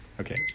Okay